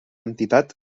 entitat